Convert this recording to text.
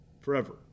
forever